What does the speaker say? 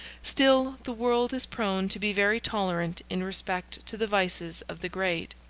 still, the world is prone to be very tolerant in respect to the vices of the great.